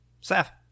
Seth